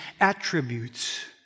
attributes